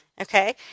Okay